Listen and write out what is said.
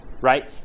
right